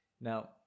Now